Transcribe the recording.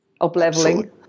up-leveling